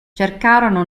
cercano